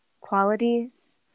qualities